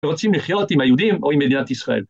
‫ורוצים לחיות עם היהודים ‫או עם מדינת ישראל.